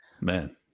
man